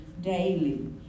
daily